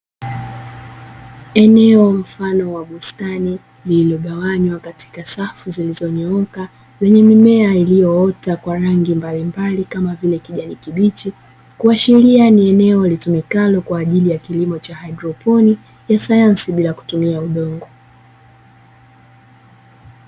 Eneo mfano wa bustani lililogawanywa katika safu zilizo nyooka, lenye mimea iliyoota kwa rangi mbali mbali kama vile kijani kibichi, kuashiria ni eneo litumikalo kwa ajili ya kilimo cha haidroponi ya sayansi bila kutumia udongo.